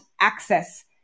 access